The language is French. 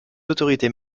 autorités